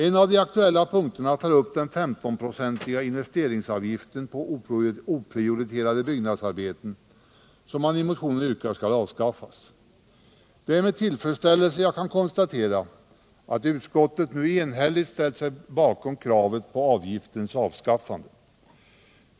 En av de aktuella punkterna tar upp den 15-procentiga investeringsavgiften på oprioriterade byggnadsarbeten, som motionärerna yrkar skall avskaffas. Det är med tillfredsställelse jag kan konstatera att utskottet nu enhälligt ställt sig bakom kravet på avgiftens avskaffande.